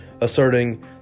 asserting